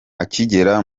akigera